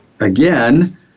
again